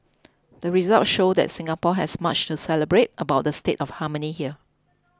the results show that Singapore has much to celebrate about the state of harmony here